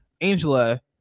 Angela